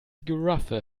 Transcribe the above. giraffe